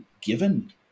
given